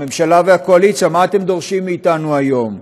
הממשלה והקואליציה היום,